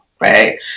right